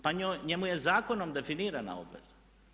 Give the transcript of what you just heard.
Pa njemu je zakonom definirana obveza.